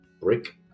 brick